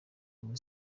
muri